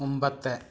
മുമ്പത്തെ